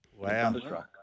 Wow